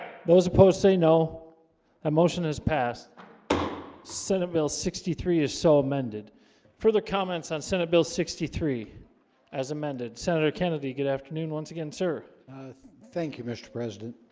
those opposed say no that um motion has passed senate bill sixty three is so amended further comments on senate bill sixty three as amended senator kennedy good afternoon once again, sir thank you mr. president